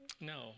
No